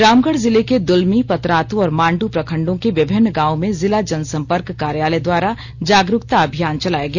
रामगढ़ जिले के दुलमी पतरातू और माण्डू प्रखण्डों के विभिन्न गांवो में जिला जनसंपर्क कार्यालय द्वारा जागरूकता अभियान चलाया गया